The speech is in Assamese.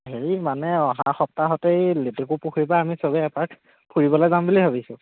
হেৰি মানে অহা সপ্তাহতে এই লেতেকু পুখুৰীৰ পা আমি চবে এপাক ফুৰিবলৈ যাম বুলি ভাবিছোঁ